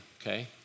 Okay